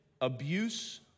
abuse